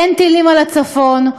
אין טילים על הצפון.